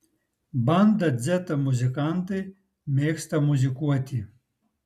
banda dzeta muzikantai mėgsta muzikuoti